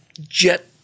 jet